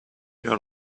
your